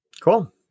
Cool